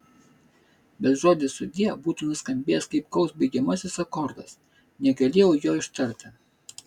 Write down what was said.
bet žodis sudie būtų nuskambėjęs kaip koks baigiamasis akordas negalėjau jo ištarti